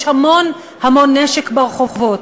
יש המון נשק ברחובות.